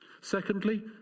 Secondly